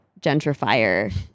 gentrifier